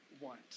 want